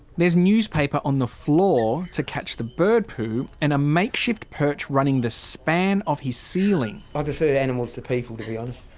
there's newspaper on the floor to catch the bird poo and a makeshift perch running the span of his ceiling. i prefer animals to people, to be honest.